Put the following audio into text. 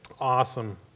Awesome